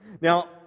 Now